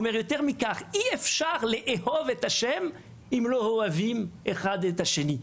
אמר שאי אפשר לאהוב את השם אם לא אוהבים אחד את השני.